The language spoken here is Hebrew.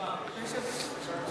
ברשימה.